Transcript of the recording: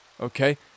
okay